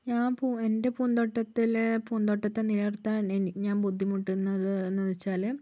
ഞാൻ എൻ്റെ പൂന്തോട്ടത്തിലെ പൂന്തോട്ടത്തെ നിലനിർത്താൻ ഇനി ഞാൻ ബുദ്ധിമുട്ടുന്നതെന്നു വച്ചാൽ